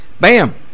Bam